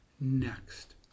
Next